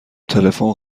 تلفن